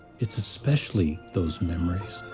it's especially those memories,